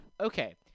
Okay